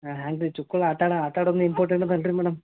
ಏಯ್ ಹೆಂಗ್ ರೀ ಚಿಕ್ಕೋಳು ಆಟ ಆಟಾಡೋದ್ನ ಇಂಪಾರ್ಟೆಂಟ್ ಅದಲ್ರಿ ಮೇಡಮ್